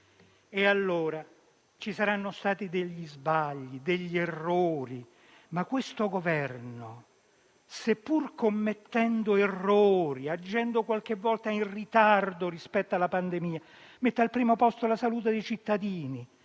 ammiro». Ci saranno stati sbagli, errori, ma questo Governo, seppur commettendo errori e agendo qualche volta in ritardo rispetto alla pandemia, mette al primo posto la salute dei cittadini.